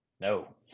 No